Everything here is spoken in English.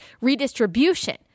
redistribution